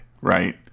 right